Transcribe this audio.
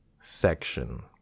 section